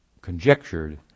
conjectured